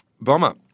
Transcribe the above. Bomber